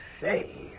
say